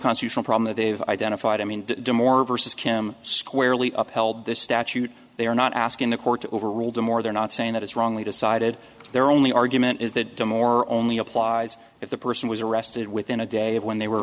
constitutional problem that they've identified i mean do more versus kim squarely upheld this statute they are not asking the court overruled them or they're not saying that it's wrongly decided they're only argument is that more only applies if the person was arrested within a day of when they were